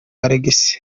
alex